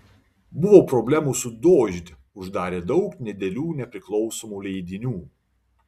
buvo problemų su dožd uždarė daug nedidelių nepriklausomų leidinių